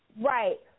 Right